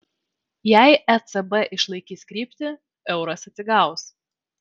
jei ecb išlaikys kryptį euras atsigaus